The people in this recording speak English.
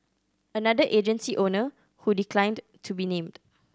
another agency owner who declined to be named